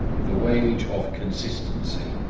the wage of consistency.